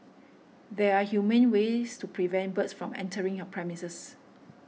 there are humane ways to prevent birds from entering your premises